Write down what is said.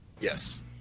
Yes